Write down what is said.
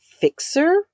fixer